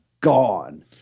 gone